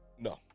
No